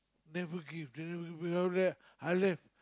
never give they never give before that I left